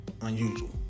unusual